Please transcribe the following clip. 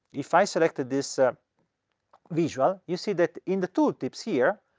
if i select this ah visual, you see that in the tooltips here,